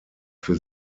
für